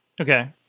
Okay